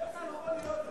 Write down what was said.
איך זה יכול להיות?